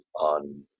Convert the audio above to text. on